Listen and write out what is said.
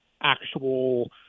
actual